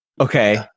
Okay